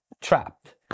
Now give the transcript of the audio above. trapped